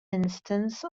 instance